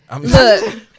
Look